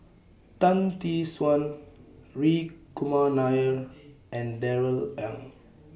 Tan Tee Suan Hri Kumar Nair and Darrell Ang